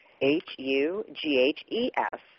H-U-G-H-E-S